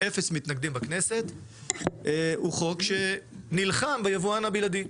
אפס מתנגדים בכנסת הוא חוק שנלחם ביבואן הבלעדי.